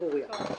ברוריה.